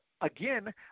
again –